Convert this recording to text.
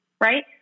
right